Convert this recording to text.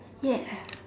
yes